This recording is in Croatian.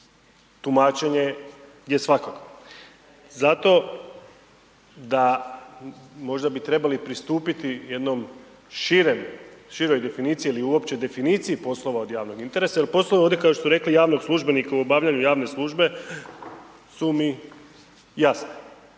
tumačenje je svakakvo. Zato da, možda bi trebali pristupiti jednom širem, široj definiciji ili uopće definiciji poslova od javnog interesa jel poslove ovdje kao što su rekli javnog službenika u obavljanju javne službe su mi jasni,